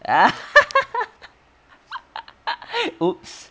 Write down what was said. !oops!